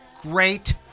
great